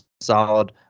solid